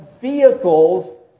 vehicles